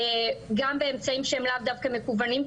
גם באמצעים שהם לאו דווקא מקוונים,